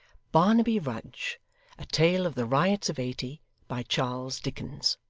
barnaby rudge a tale of the riots of eighty by charles dickens